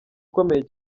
ukomeye